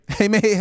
Amen